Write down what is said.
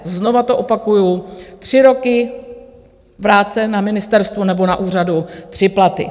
Znovu to opakuji: Tři roky práce na ministerstvu nebo na úřadu tři platy.